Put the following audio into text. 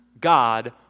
God